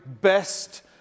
best